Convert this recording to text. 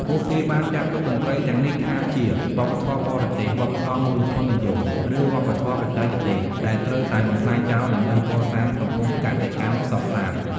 ពួកគេបានចាត់ទុកតន្ត្រីទាំងនេះថាជា "វប្បធម៌បរទេស" "វប្បធម៌មូលធននិយម" ឬ "វប្បធម៌បច្ចេកទេស" ដែលត្រូវតែបំផ្លាញចោលដើម្បីកសាងសង្គមកសិកម្មសុទ្ធសាធ។